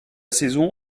saison